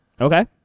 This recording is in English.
Okay